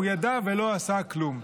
הוא ידע ולא עשה כלום.